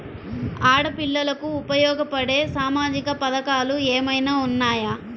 ఆడపిల్లలకు ఉపయోగపడే సామాజిక పథకాలు ఏమైనా ఉన్నాయా?